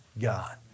God